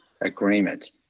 agreement